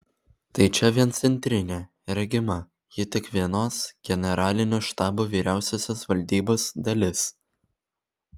tai čia vien centrinė regima ji tik vienos generalinio štabo vyriausiosios valdybos dalis